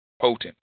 potent